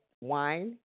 wine